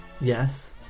Yes